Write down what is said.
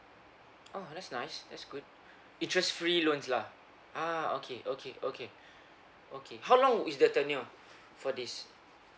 ah that's nice that's good interest free loans lah ah okay okay okay okay how long is their tenure for this